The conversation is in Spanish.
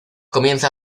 comienza